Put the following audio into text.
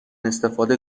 استفاده